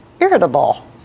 irritable